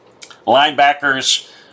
Linebackers